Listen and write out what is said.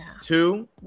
two